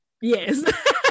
yes